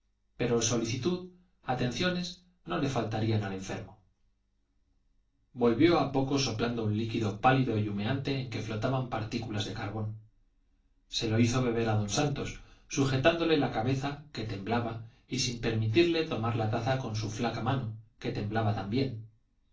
pero solicitud atenciones no le faltarían al enfermo volvió a poco soplando un líquido pálido y humeante en el que flotaban partículas de carbón se lo hizo beber a don santos sujetándole la cabeza que temblaba y sin permitirle tomar la taza con su flaca mano que temblaba también